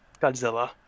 Godzilla